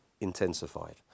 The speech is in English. intensified